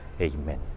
Amen